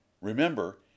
Remember